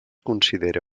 considera